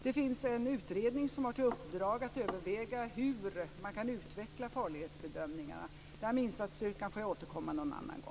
Det finns en utredning som har till uppdrag att överväga hur man kan utveckla farlighetsbedömningarna. Till frågan om insatsstyrkan får jag återkomma en annan gång.